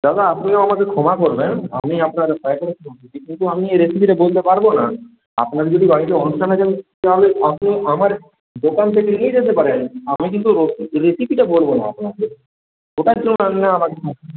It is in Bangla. দাদা আপনিও আমাকে ক্ষমা করবেন আমি আপনার কিন্তু আমি এই রেসিপিটা বলতে পারব না আপনার যদি বাড়িতে অনুষ্ঠান থাকে তাহলে আপনি আমার দোকান থেকে নিয়ে যেতে পারেন আমি কিন্তু রেসিপিটা বলব না আপনাকে ওটার জন্য আপনি আমাকে